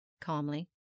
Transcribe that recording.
calmly